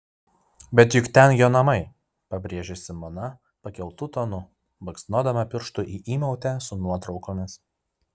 bet juk ten jo namai pabrėžė simona pakeltu tonu baksnodama pirštu į įmautę su nuotraukomis